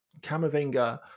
Kamavinga